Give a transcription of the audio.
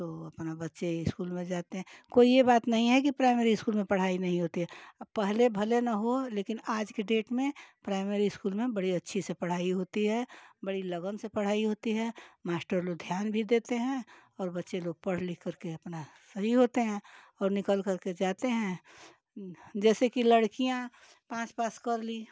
तो अपना बच्चे इस्कूल में जाते हैं कोई ये बात नहीं है कि प्राइमरी स्कूल में पढ़ाई नहीं होती है अब पहले भले ना हो लेकिन आज के डेट में प्राइमरी स्कूल में बड़ी अच्छी से पढ़ाई होती है बड़ी लगन से पढ़ाई होती है मास्टर लोग ध्यान भी देते हैं और बच्चे लोग पढ़ लिखकर के अपना फ्री होते हैं और निकल करके जाते हैं जैसे कि लड़कियाँ पाँच पास कर लीं तो